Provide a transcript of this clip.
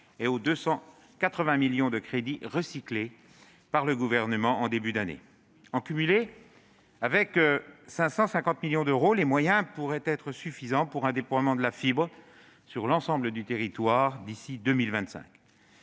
et aux 280 millions de crédits « recyclés » promis par le Gouvernement en début d'année. En cumulé, avec 550 millions d'euros, les moyens pourraient être suffisants pour un déploiement de la fibre sur l'ensemble du territoire d'ici à 2025.